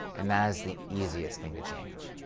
and that is the easiest thing to change.